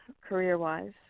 career-wise